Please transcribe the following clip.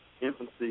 infancy